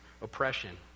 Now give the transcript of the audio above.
oppression